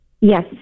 Yes